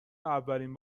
اولین